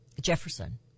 Jefferson